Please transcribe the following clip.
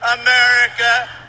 America